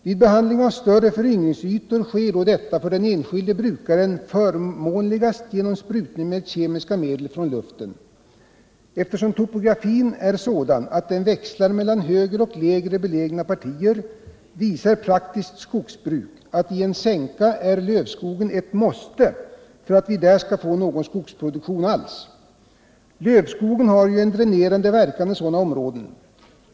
Vid behandling av större föryngringsytor sker detta för den enskilde brukaren förmånligast genom besprutning med kemiska medel från luften. Eftersom topografin växlar mellan högre och lägre belägna partier visar praktiskt skogsbruk att i en sänka är lövskogen ett måste för att vi där skall få någon skogsproduktion alls. Lövskogen har ju en dränerande verkan i sådana områden.